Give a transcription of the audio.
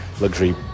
luxury